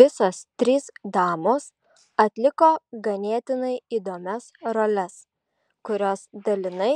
visos trys damos atliko ganėtinai įdomias roles kurios dalinai